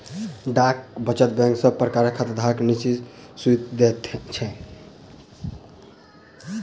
डाक वचत बैंक सब प्रकारक खातापर निश्चित सूइद दैत छै